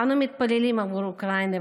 אנו מתפללים עבור אוקראינה,